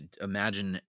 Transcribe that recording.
Imagine